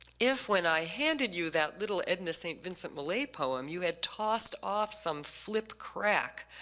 if when i handed you that little edna saint vincent millay poem you had tossed off some flip crack,